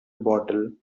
bottle